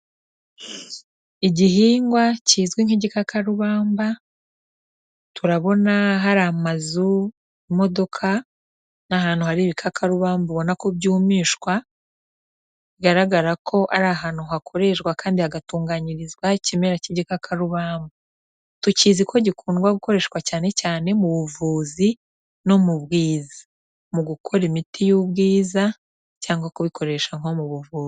Igihingwa kizwi nk'igikakarubamba, turabona hari amazu, imodoka, n'ahantu hari ibikakarubamba ubona ko byumishwa, bigaragara ko ari ahantu hakoreshwa kandi hagatunganyirizwa ikimera k'igikakarubamba. Tukizi ko gikundwa gukoreshwa cyane cyane mu buvuzi, no mu bwiza, mu gukora imiti y'ubwiza cyangwa kubikoresha nko mu buvu...